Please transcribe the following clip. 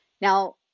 Now